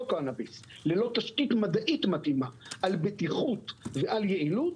לא קנביס ללא תשתית מדעית מתאימה על בטיחות ועל יעילות,